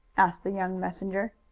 asked the young messenger.